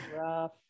Rough